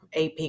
AP